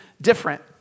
different